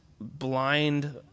blind